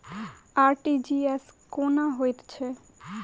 RTGS कोना होइत छै?